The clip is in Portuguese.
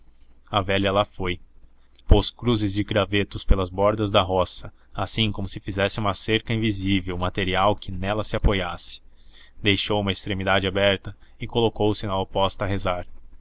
a velha lá foi pôs cruzes de gravetos pelas bordas da roça assim como se fizesse uma cerca de invisível material que nelas se apoiasse deixou uma extremidade aberta e colocou se na oposta a rezar